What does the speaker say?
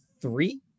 three